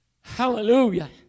Hallelujah